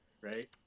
right